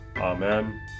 Amen